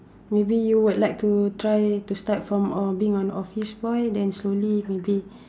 maybe you would like to try to start from uh being an office boy then slowly maybe